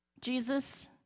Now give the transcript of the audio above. Jesus